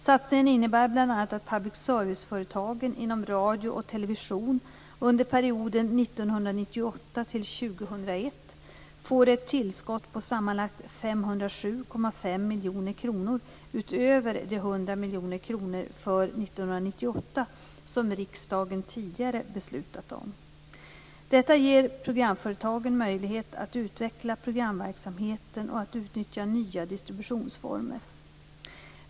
Satsningen innebär bl.a. att public serviceföretagen inom radio och television under perioden 1998-2001 får ett tillskott på sammanlagt 507,5 miljoner kronor utöver de 100 miljoner kronor för år 1998 som riksdagen tidigare beslutat om. Detta ger programföretagen möjlighet att utveckla programverksamheten och att utnyttja nya distributionsformer.